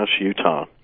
Utah